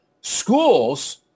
Schools